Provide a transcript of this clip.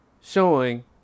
showing